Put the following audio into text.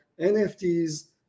NFTs